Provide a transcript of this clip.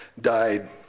died